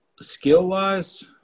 Skill-wise